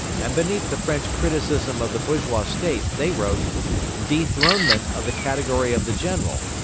and beneath the french criticism of the bourgeois state they wrote dethronement of the category of the general,